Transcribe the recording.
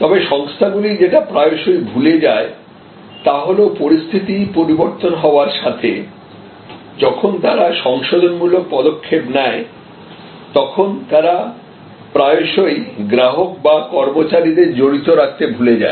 তবে সংস্থাগুলি যেটা প্রায়শই ভুলে যায় তা হল পরিস্থিতি পরিবর্তন হওয়ার সাথে যখন তারা সংশোধনমূলক পদক্ষেপ নেয় তখন তারা প্রায়শই গ্রাহক বা কর্মচারীদের জড়িত রাখতে ভুলে যায়